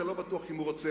כי אני לא בטוח אם הוא רוצה